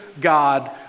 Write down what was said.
God